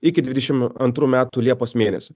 iki dvidešim antrų metų liepos mėnesio